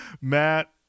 Matt